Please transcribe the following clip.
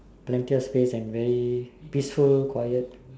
plenty of blanks and very peaceful quiet